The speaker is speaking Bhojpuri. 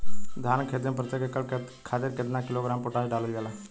धान क खेती में प्रत्येक एकड़ खातिर कितना किलोग्राम पोटाश डालल जाला?